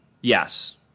Yes